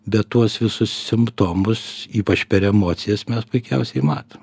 bet tuos visus simptomus ypač per emocijas mes puikiausiai matom